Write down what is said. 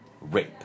rape